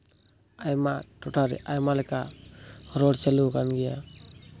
ᱟᱭᱢᱟ ᱴᱚᱴᱷᱟ ᱨᱮ ᱟᱭᱢᱟ ᱞᱮᱠᱟ ᱨᱚᱲ ᱪᱟᱹᱞᱩ ᱟᱠᱟᱱ ᱜᱮᱭᱟ